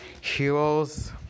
Heroes